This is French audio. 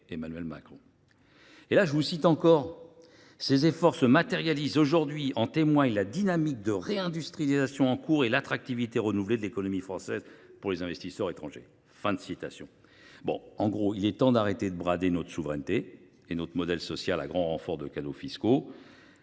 le ministre :« Ces efforts se matérialisent aujourd’hui, en témoignent la dynamique de réindustrialisation en cours et l’attractivité renouvelée de l’économie française pour les investisseurs étrangers. » Parlons vrai : il est temps de cesser de brader notre souveraineté et notre modèle social à grand renfort de cadeaux fiscaux.